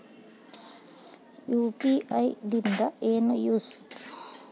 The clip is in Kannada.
ಯು.ಪಿ.ಐ ದಿಂದ ಏನು ಯೂಸ್?